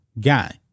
guy